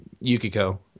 Yukiko